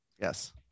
Yes